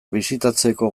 bisitatzeko